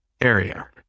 area